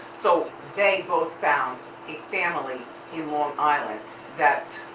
so they both found a family in long island that,